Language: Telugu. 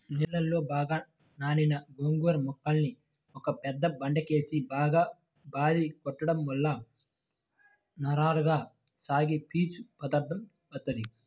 నీళ్ళలో బాగా నానిన గోంగూర మొక్కల్ని ఒక పెద్ద బండకేసి బాగా బాది కొట్టడం వల్ల నారలగా సాగి పీచు పదార్దం వత్తది